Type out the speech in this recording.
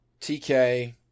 TK